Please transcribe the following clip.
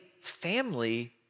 family